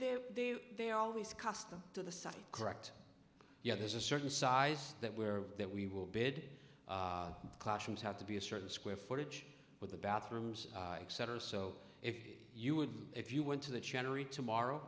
they're they always custom to the site correct yeah there's a certain size that where that we will bid classrooms have to be a certain square footage with the bathrooms etc so if you would if you went to the generate tomorrow